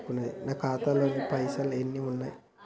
నా ఖాతాలో పైసలు ఎన్ని ఉన్నాయి?